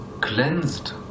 cleansed